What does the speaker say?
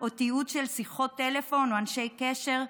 או תיעוד של שיחות טלפון או אנשי קשר?